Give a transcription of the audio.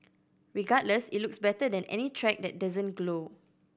regardless it looks better than any track that doesn't glow